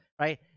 right